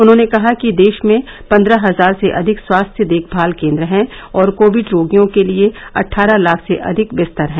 उन्होंने कहा कि देश में पन्द्रह हजार से अधिक स्वास्थ्य देखभाल केन्द्र है और कोविड रोगियों के लिए अट्टारह लाख से अधिक बिस्तर हैं